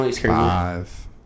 Five